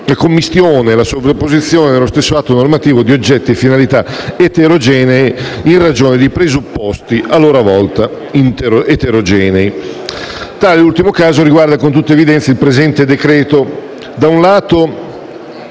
la commistione e la sovrapposizione, nello stesso atto normativo, di oggetti e finalità eterogenei, in ragione di presupposti a loro volta eterogenei. Tale ultimo caso riguarda, con tutta evidenza, il presente decreto-legge.